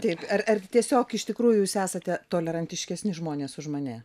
taip ar ar tiesiog iš tikrųjų jūs esate tolerantiškesni žmonės už mane